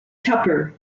tupper